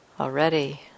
already